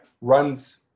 runs